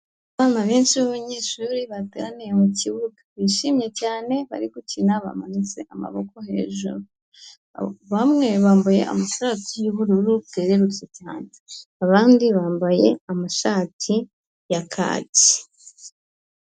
Abana benshi b'abanyeshuri bateraniye mu kibuga, bishimye cyane bari gukina bamanitse amaboko hejuru, bamwe bambaye amashati y'ubururu bwrurutse cyane, abandi bambaye amashati ya kaki.